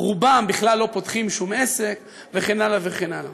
רובם בכלל לא פותחים שום עסק, וכן הלאה וכן הלאה.